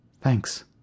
Thanks